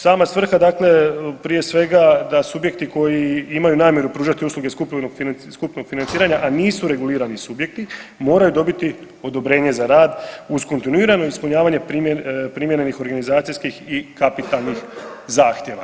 Sama svrha dakle prije svega da subjekti koji imaju namjeru pružati usluge skupnog financiranja a nisu regulirani subjekti moraju dobiti odobrenje za rad uz kontinuirano ispunjavanje primjerenih organizacijskih i kapitalnih zahtjeva.